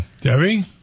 Debbie